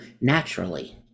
naturally